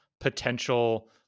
potential